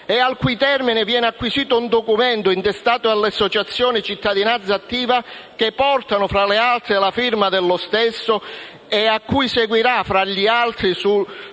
e al cui termine viene acquisito un documento intestato all'associazione «Cittadinanza Attiva» che porta, tra le altre, la firma dello stesso e a cui seguiranno - fra gli altri